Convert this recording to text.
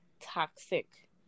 toxic